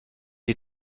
die